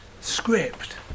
script